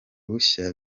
bushya